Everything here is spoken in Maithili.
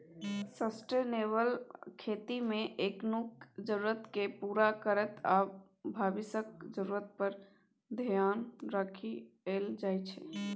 सस्टेनेबल खेतीमे एखनुक जरुरतकेँ पुरा करैत आ भबिसक जरुरत पर धेआन राखि कएल जाइ छै